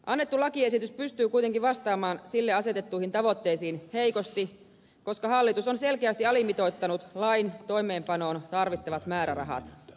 annettu lakiesitys pystyy kuitenkin vastaamaan sille asetettuihin tavoitteisiin heikosti koska hallitus on selkeästi alimitoittanut lain toimeenpanoon tarvittavat määrärahat